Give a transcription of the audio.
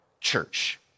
church